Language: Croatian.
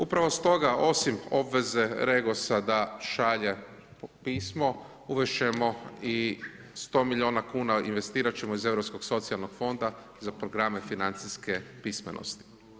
Upravo stoga osim obveze REGOS-a da šalje pismo uvesti ćemo i 100 milijuna kuna, investirati ćemo iz Europskog socijalnog fonda za programe financijske pismenosti.